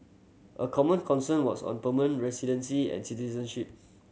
a common concern was on permanent residency and citizenship